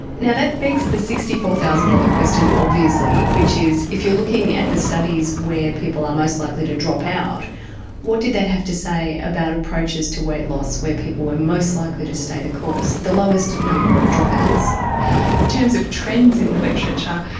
yeah that begs the sixty four thousand dollars question obviously which is if you're looking at the studies where people are most likely to drop out what did that have to say about approaches to weight loss where people were most likely to stay the course, the lowest number of drop-outs? in terms of trends in the literature,